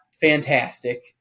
fantastic